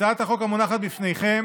הצעת החוק המונחת בפניכם